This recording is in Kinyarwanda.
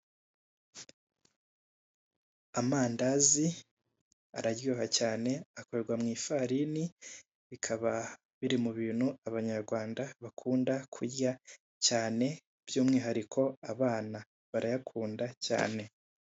Amandazi araryoha cyane, akorwa mu ifarini, bikaba biri mu bintu abanyarwanda bakunda kurya cyane, by'umwihariko abana barayakunda cyane.